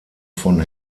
von